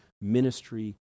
ministry